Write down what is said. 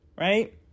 right